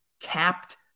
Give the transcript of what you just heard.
capped